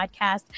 podcast